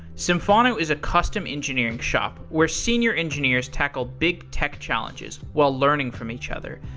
symphono is a custom engineering shop where senior engineers tackle big tech challenges while learning from each other.